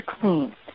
Clean